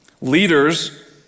Leaders